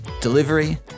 delivery